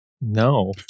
No